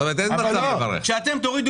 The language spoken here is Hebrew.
אין מצב שתברך?